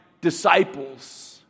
disciples